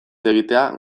egitea